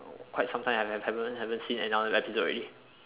quite sometime I haven't haven't seen another episode already